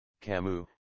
Camus